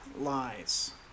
lies